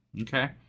Okay